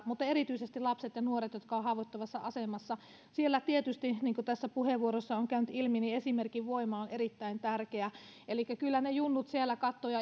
mutta erityisesti lapset ja nuoret jotka ovat haavoittuvassa asemassa siellä tietysti niin kuin tässä puheenvuoroissa on käynyt ilmi esimerkin voima on erittäin tärkeä elikkä kyllä ne junnut siellä katsovat ja